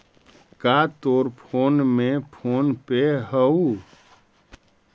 का तोर फोन में फोन पे हउ?